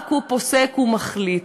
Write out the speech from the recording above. רק הוא פוסק ומחליט.